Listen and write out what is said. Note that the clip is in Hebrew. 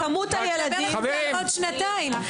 הן לא יהיו עוד שנתיים.